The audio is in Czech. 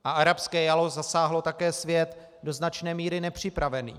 A arabské jaro zasáhlo také svět do značné míry nepřipravený.